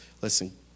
Listen